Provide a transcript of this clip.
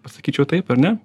pasakyčiau taip ar ne